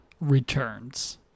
returns